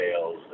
sales